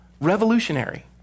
Revolutionary